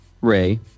Ray